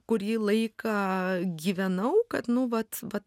kurį laiką gyvenau kad nu vat vat